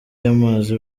y’amazi